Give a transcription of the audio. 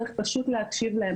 צריך פשוט להקשיב להם.